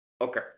Okay